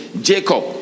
Jacob